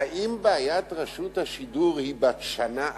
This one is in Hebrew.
האם בעיית רשות השידור היא בת שנה אחת?